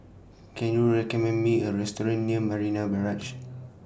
Can YOU recommend Me A Restaurant near Marina Barrage